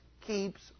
keeps